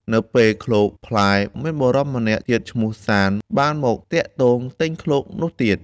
នៅពេលឃ្លោកផ្លែ មានបុរសម្នាក់ទៀតឈ្មោះ សាន្ត បានមកទាក់ទងទិញឃ្លោកនោះទៀត។